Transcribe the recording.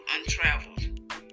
untraveled